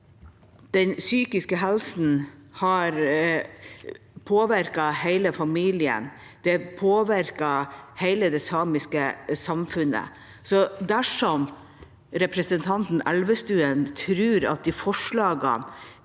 Den psykiske helsen påvirker hele familien, og det påvirker hele det samiske samfunnet. Så dersom representanten Elvestuen tror at forslagene